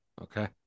Okay